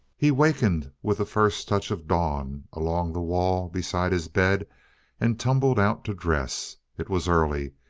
he wakened with the first touch of dawn along the wall beside his bed and tumbled out to dress. it was early,